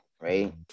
right